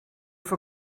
for